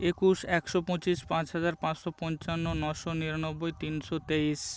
একুশ একশো পঁচিশ পাঁচ হাজার পাঁচশো পঞ্চান্ন নশো নিরানব্বই তিনশো তেইশ